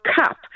Cup